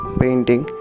painting